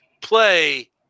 play